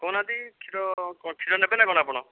କହୁନାହାନ୍ତି କ୍ଷୀର କ୍ଷୀର ନେବେ ନା କ'ଣ ଆପଣ